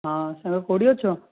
ହଁ ସାଙ୍ଗ କେଉଁଠି ଅଛ